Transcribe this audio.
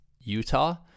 Utah